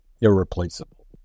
irreplaceable